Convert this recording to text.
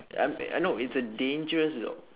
I'm I know it's a dangerous job